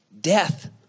death